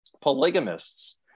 polygamists